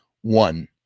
one